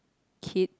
kid